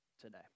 today